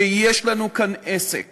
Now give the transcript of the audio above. שיש לנו כאן עסק